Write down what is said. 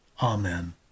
Amen